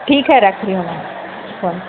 ٹھیک ہے رکھ رہی ہوں میں فون